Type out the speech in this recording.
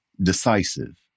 decisive